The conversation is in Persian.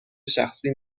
شخصی